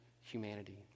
humanity